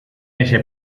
ese